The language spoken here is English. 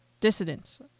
dissidents